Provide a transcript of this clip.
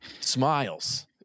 smiles